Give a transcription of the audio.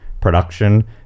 production